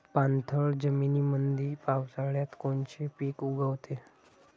पाणथळ जमीनीमंदी पावसाळ्यात कोनचे पिक उगवते?